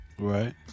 Right